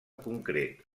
concret